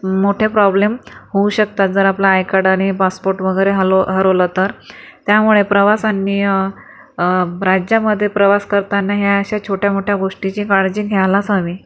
मोठे प्रॉब्लेम होऊ शकतात जर आपला आय कार्ड आणि पासपोर्ट वगैरे हलव हरवला तर त्यामुळे प्रवाशांनी राज्यामध्ये प्रवास करताना ह्या अशा छोट्यामोठ्या गोष्टीची काळजी घ्यायलाच हवी